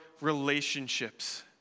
relationships